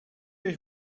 ich